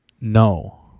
No